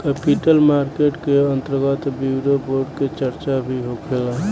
capital market के अंतर्गत eurobond के चार्चा भी होखेला